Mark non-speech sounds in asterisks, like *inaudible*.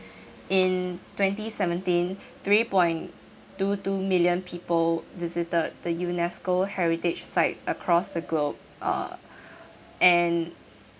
*breath* in twenty seventeen three point two two million people visited the UNESCO heritage sites across the globe uh *breath* and